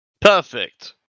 Perfect